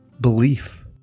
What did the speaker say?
belief